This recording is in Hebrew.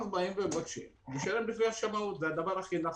אנחנו מבקשים לשלם לפי השמאות זה הדבר הכי נכון.